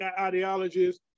ideologies